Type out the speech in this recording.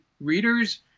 Readers